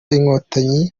inkotanyi